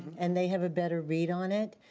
and they have a better read on it,